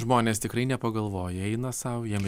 žmonės tikrai nepagalvoja jie eina sau jiem